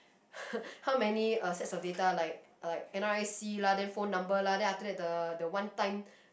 how many uh sets of data like like n_r_i_c lah then phone number lah then after that the the one time